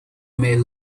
may